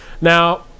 Now